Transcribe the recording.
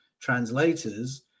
translators